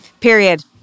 Period